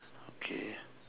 okay